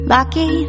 Lucky